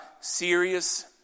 serious